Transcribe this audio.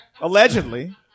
Allegedly